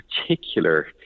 particular